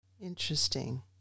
Interesting